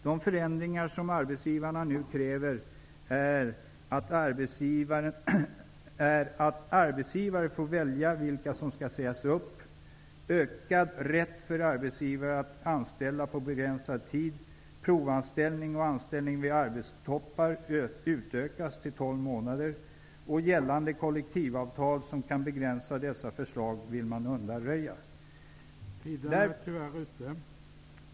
De förändringar arbetsgivarna nu kräver är: arbetsgivare får välja vilka som skall sägas upp gällande kollektivavtal som kan begränsa dessa förslag skall undanröjas.